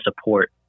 support